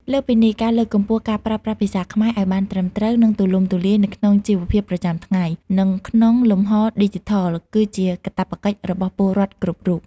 លើសពីនេះ ការលើកកម្ពស់ការប្រើប្រាស់ភាសាខ្មែរឱ្យបានត្រឹមត្រូវ និងទូលំទូលាយនៅក្នុងជីវភាពប្រចាំថ្ងៃ និងក្នុងលំហឌីជីថល គឺជាកាតព្វកិច្ចរបស់ពលរដ្ឋគ្រប់រូប។